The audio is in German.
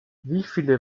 wieviele